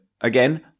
Again